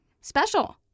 special